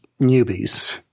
newbies